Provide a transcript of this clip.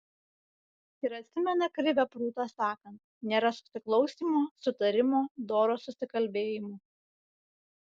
ir atsimena krivę prūtą sakant nėra susiklausymo sutarimo doro susikalbėjimo